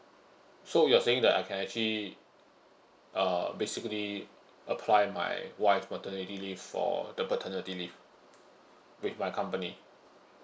so you're saying that I can actually uh basically apply my wife maternity leave for the paternity leave with my company